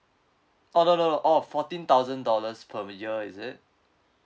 oh no no no oh fourteen thousand dollars per year is it